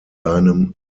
seinem